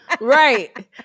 Right